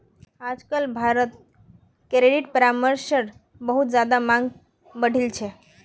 आजकल भारत्त क्रेडिट परामर्शेर बहुत ज्यादा मांग बढ़ील छे